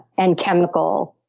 and chemical